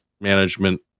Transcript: management